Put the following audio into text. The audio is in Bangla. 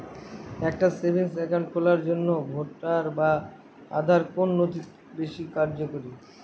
একটা সেভিংস অ্যাকাউন্ট খোলার জন্য ভোটার বা আধার কোন নথিটি বেশী কার্যকরী?